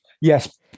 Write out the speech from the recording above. Yes